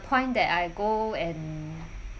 point that I go and